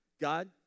God